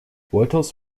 wolters